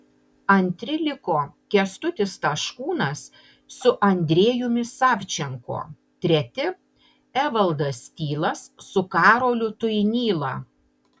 antri liko kęstutis taškūnas su andrejumi savčenko treti evaldas tylas su karoliu tuinyla